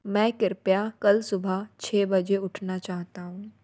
मैं कृपया कल सुबह छः बजे उठना चाहता हूँ